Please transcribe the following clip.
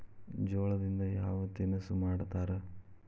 ಜೋಳದಿಂದ ಯಾವ ತಿನಸು ಮಾಡತಾರ?